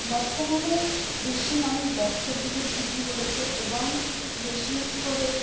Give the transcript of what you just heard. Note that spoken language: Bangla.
বর্তমানে বেশি মানুষ ব্যবসার দিকে ঝুঁকি করেছে এবং বিশেষ করে